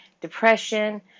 depression